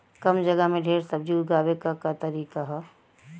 कम जगह में ढेर सब्जी उगावे क का तरीका ह?